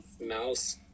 mouse